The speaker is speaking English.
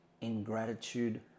ingratitude